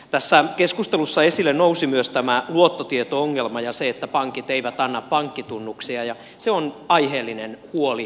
tässä keskustelussa esille nousi myös luottotieto ongelma ja se että pankit eivät anna pankkitunnuksia ja se on aiheellinen huoli